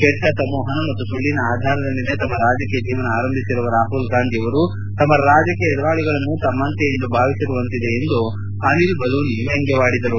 ಕೆಟ್ಟ ಸಂವಹನ ಮತ್ತು ಸುಳ್ಳಿನ ಆಧಾರದ ಮೇಲೆ ತಮ್ಮ ರಾಜಕೀಯ ಜೀವನ ಆಂರಭಿಸಿರುವ ರಾಮಲ್ಗಾಂಧಿಯವರು ತಮ್ಮ ರಾಜಕೀಯ ಎದುರಾಳಿಗಳನ್ನು ತಮ್ಮಂತೆಯೇ ಎಂದು ಭಾವಿಸಿರುವಂತಿದೆ ಎಂದು ಅದಿಲ್ ಬಲೂನಿ ವ್ಯಂಗ್ಯ ಮಾಡಿದರು